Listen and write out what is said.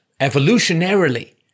evolutionarily